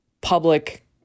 public